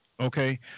Okay